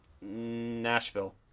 Nashville